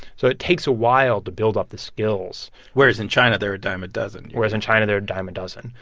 so it takes a while to build up the skills whereas in china, they're a dime a dozen whereas in china, they're a dime a dozen.